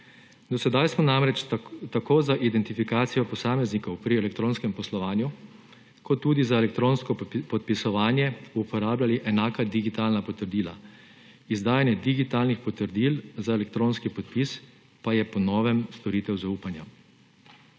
Do sedaj smo namreč tako za identifikacijo posameznikov pri elektronskem poslovanju kot tudi za elektronsko podpisovanje uporabljali enaka digitalna potrdila, izdajanje digitalnih potrdil za elektronski podpis pa je po novem storitev zaupanja.